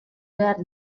behar